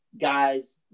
guys